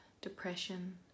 depression